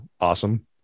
awesome